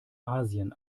asien